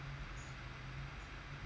mm